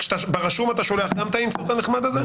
ברשום אתה שולח גם את ה-insert הנחמד הזה?